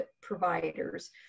providers